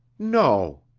no!